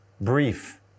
brief